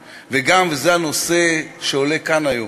היא דת שאינה פוחדת מזרים,